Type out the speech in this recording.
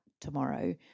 tomorrow